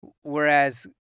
whereas